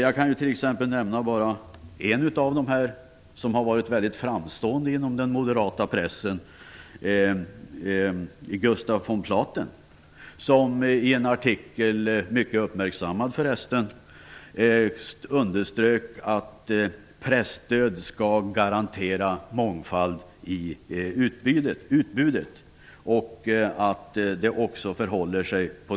Låt mig t.ex. nämna bara en av dem som har varit mycket framstående inom den moderata pressen, nämligen Gustaf von Platen, som i en - förresten mycket uppmärksammad - artikel understrukit att presstöd skall garantera mångfald i utbudet och att så också blivit fallet.